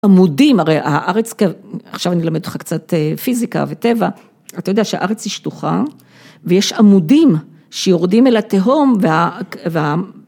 עמודים, הרי הארץ - עכשיו אני אלמד אותך קצת פיזיקה וטבע - אתה יודע שהארץ היא שטוחה, ויש עמודים שיורדים אל התהום וה...